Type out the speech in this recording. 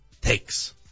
takes